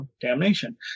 damnation